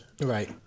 right